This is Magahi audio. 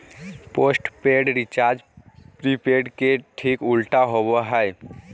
पोस्टपेड रिचार्ज प्रीपेड के ठीक उल्टा होबो हइ